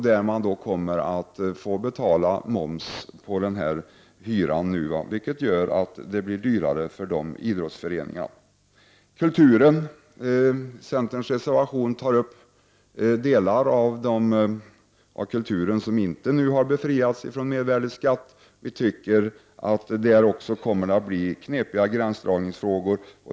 Där kommer man att få betala moms på hyran, vilket gör att det blir dyrare för dessa idrottsföreningar. En reservation från centern tar upp de delar av kulturområdet som inte har befriats från mervärdeskatt. Också där kommer det att bli knepiga gränsdragningsfrågor.